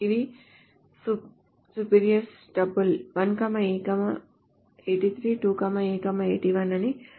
ఇవి spurious tuples 1 A 83 2 A 81 ఇవి spurious tuples